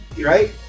right